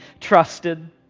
trusted